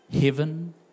heaven